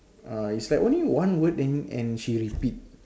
uh is like only one word then and she repeat